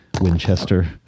Winchester